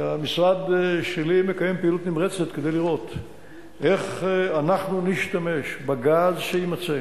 המשרד שלי מקיים פעילות נמרצת כדי לראות איך אנחנו נשתמש בגז שיימצא